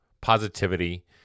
positivity